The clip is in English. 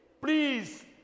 please